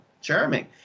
Charming